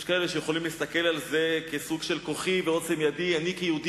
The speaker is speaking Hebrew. יש כאלה שיכולים להסתכל על זה כסוג של "כוחי ועוצם ידי"; אני כיהודי